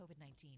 COVID-19